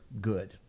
good